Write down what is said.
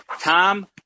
Tom